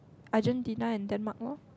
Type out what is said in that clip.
Argentina and Denmark loh